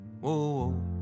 Whoa